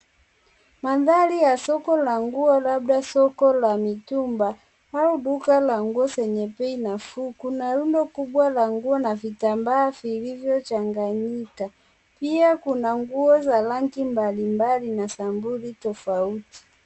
Mandhari ya soko la nguo, labda soko la mitumba au duka la nguo zenye bei nafuu. Kuna rundo kubwa la nguo na vitambaa vilivyo changanyika. Pia, kuna nguo za rangi mbalimbali na sampuli tofauti.